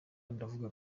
ndavuga